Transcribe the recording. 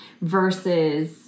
versus